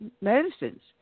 medicines